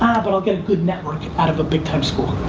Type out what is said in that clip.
but i'll get a good network out of a bigtime school.